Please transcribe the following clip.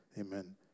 Amen